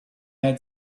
had